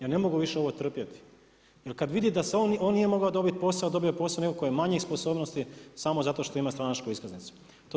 Ja ne mogu više ovo trpjeti, jer kad vidi da on nije mogao dobiti posao, dobio je posao neko tko je manjih sposobnosti, samo zato što ima stranačku iskaznicu.